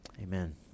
amen